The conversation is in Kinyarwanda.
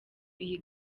iyi